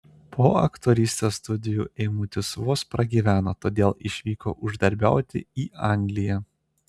po aktorystės studijų eimutis vos pragyveno todėl išvyko uždarbiauti į angliją